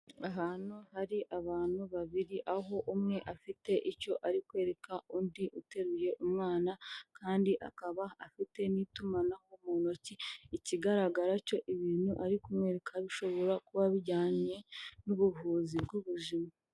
Ahantu hari abantu babiri, aho umwe afite icyo ari kwereka undi uteruye umwana kandi akaba afite n'itumanaho mu ntoki, ikigaragara cyo ibintu ari kumwereka bishobora kuba bijyanye n'ubuvuzi bw'ubuzima.